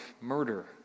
murder